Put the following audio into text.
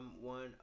one